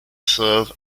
serve